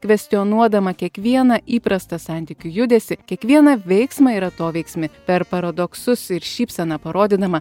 kvestionuodama kiekvieną įprastą santykių judesį kiekvieną veiksmą ir atoveiksmį per paradoksus ir šypseną parodydama